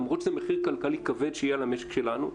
למרות שזה מחיר כלכלי כבד שיהיה על המשק שלנו.